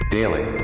Daily